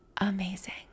amazing